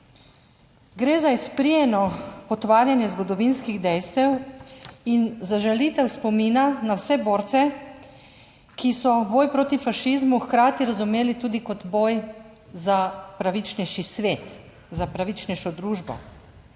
Gre za izprijeno potvarjanje zgodovinskih dejstev in za žalitev spomina na vse borce, ki so boj proti fašizmu hkrati razumeli tudi kot boj za pravičnejši svet, za pravičnejšo družbo.